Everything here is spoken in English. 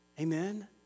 Amen